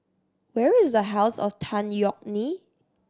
where is a House of Tan Yeok Nee